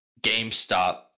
gamestop